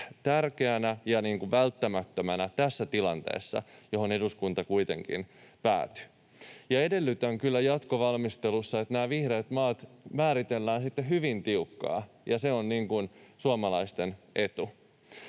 tärkeänä ja välttämättömänä, mihin eduskunta kuitenkin päätyi. Edellytän kyllä jatkovalmistelussa, että nämä vihreät maat määritellään sitten hyvin tiukkaan, ja se on suomalaisten etu.